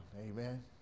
Amen